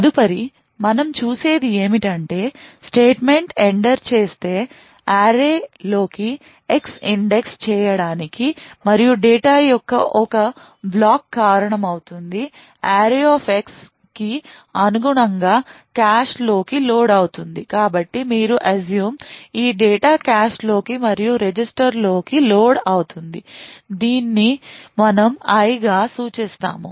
తదుప రిమనం చూసేది ఏమిటంటే స్టేట్మెంట్ ఎంటర్ చేస్తే arrayలోకి X ఇండెక్స్ చేయడానికి మరియు డేటా యొక్క ఒక బ్లాక్ కారణమవుతుంది array x కి అనుగుణంగా కాష్లోకి లోడ్ అవుతుంది కాబట్టి మీరు assume ఈ డేటా కాష్లోకి మరియు రిజిస్టర్ లోకి లోడ్ అవుతుంది దీన్ని మనం I గా సూచిస్తాము